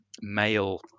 male